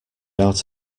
out